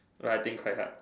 but I think quite hard